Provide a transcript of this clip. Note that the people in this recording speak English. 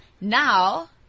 now